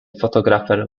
photographer